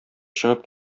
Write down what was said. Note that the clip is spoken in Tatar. чыгып